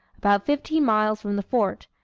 about fifteen miles from the fort,